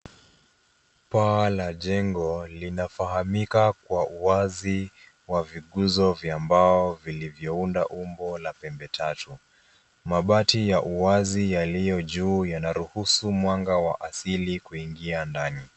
Paa la jengo lina fahamika kuwa wazi kwa vigunzo vya mbao vilivyo undwa kwa umbo la pembe tatu. Mabati ya wazi yalio juu ya ruhusu mwanga wa asili kuingia ndani.